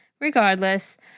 Regardless